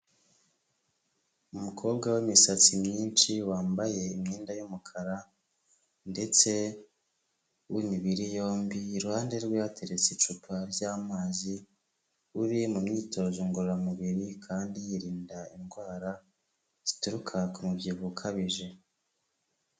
Umukobwa w'imisatsi myinshi, wambaye imyenda y'umukara ndetse w'imibiri yombi, iruhande rwe hateretse icupa ry'amazi, uri mu myitozo ngororamubiri kandi yirinda indwara, zituruka ku mubyibuho ukabije.